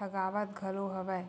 ठगावत घलो हवय